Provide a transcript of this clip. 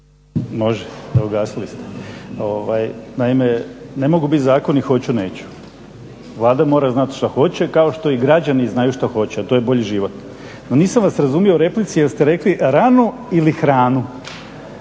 Krešimir (HDSSB)** Naime, ne mogu biti zakoni hoću-neću. Vlada mora znati što hoće kao što i građani znaju što hoće, a to je bolji život. No nisam vas razumio u replici jer ste rekli ranu ili hranu,